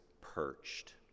perched